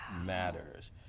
matters